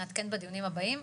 נעדכן בדיונים הבאים.